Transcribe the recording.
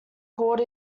called